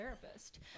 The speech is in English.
therapist